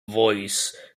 voice